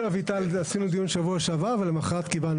כן.